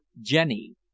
Jenny